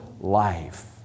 life